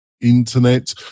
internet